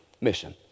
mission